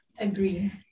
Agree